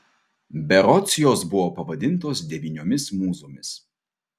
berods jos buvo pavadintos devyniomis mūzomis